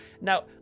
now